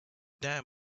dam